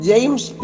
James